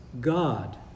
God